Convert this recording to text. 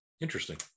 Interesting